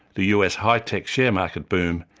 the us high tech share market boom,